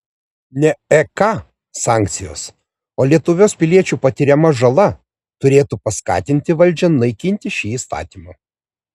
ne ek sankcijos o lietuvos piliečių patiriama žala turėtų paskatinti valdžią naikinti šį įstatymą